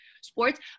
sports